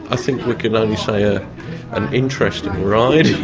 i think we can ah and so yeah an interesting ride.